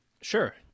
Sure